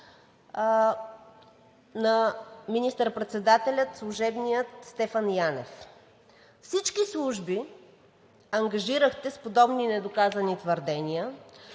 министър-председател Стефан Янев. Всички служби ангажирахте с подобни недоказани твърдения,